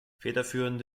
federführend